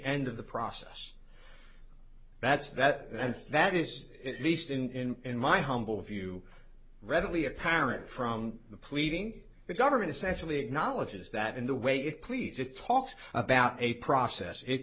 end of the process that's that and that is it least in my humble view readily apparent from the pleading the government essentially acknowledges that in the way it please it talks about a process it